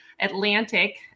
Atlantic